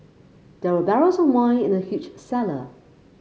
there were barrels of wine in the huge cellar